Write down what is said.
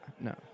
no